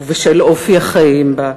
ובשל אופי החיים בה,